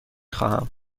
خواهم